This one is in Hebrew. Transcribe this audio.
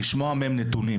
בנוסף, לשמוע מהם נתונים